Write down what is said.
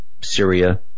Syria